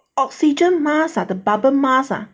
oxygen masks the bubble mask ah